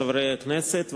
חברי הכנסת,